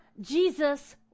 Jesus